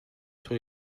sur